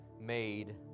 made